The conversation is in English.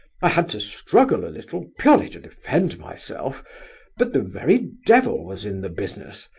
i had to struggle a little, purely to defend myself but the very devil was in the business.